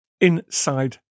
inside